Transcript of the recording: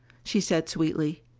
she said sweetly,